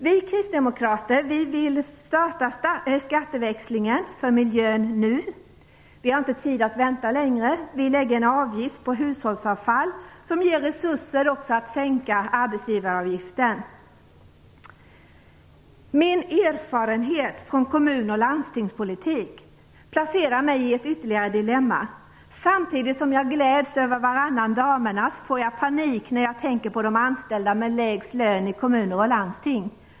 Vi kristdemokrater vill starta skatteväxlingen för miljön nu. Vi har inte tid att vänta längre. Vi föreslår en avgift på hushållsavfall som också ger resurser att sänka arbetsgivaravgiften. Min erfarenhet från kommun och landstingspolitik försätter mig i ett ytterligare dilemma. Samtidigt som jag gläds över varannan damernas får jag panik när jag tänker på de anställda med lägst lön i kommuner i landsting.